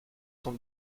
son